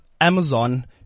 Amazon